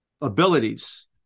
abilities